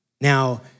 Now